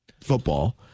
football